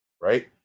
right